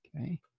okay